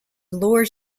bloor